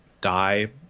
die